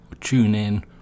TuneIn